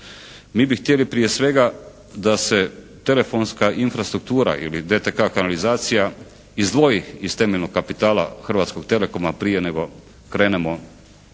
Mi bi htjeli prije svega da se telefonska infrastruktura ili DTK kanalizacija izdvoji iz temeljnog kapitala Hrvatskog telekoma prije nego krenemo